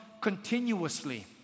continuously